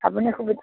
আপুনি সুবিধা